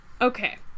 Okay